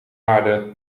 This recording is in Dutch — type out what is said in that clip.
aarde